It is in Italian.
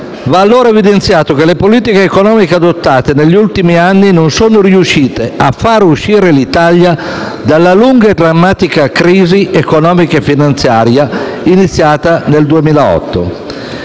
Va allora evidenziato che le politiche economiche adottate negli ultimi anni non sono riuscite a far uscire l'Italia dalla lunga e drammatica crisi economica e finanziaria iniziata nel 2008.